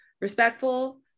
respectful